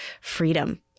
freedom